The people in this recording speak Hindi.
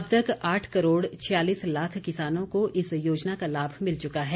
अब तक आठ करोड छियालीस लाख किसानों को इस योजना का लाभ मिल चुका है